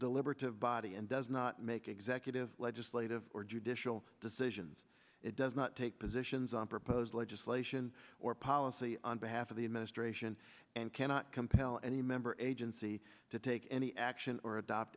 deliberative body and does not make executive legislative or judicial decisions it does not take positions on proposed legislation or policy on behalf of the administration and cannot compel any member agency to take any action or adopt